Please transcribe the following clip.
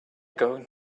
going